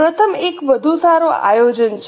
પ્રથમ એક વધુ સારું આયોજન છે